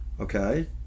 Okay